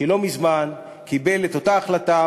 שלא מזמן קיבל את אותה החלטה,